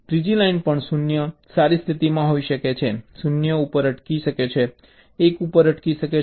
ત્રીજી લાઇન પણ 3 સારી સ્થિતિમાં હોઈ શકે છે 0 ઉપર અટકી શકે છે 1 ઉપર અટકી શકે છે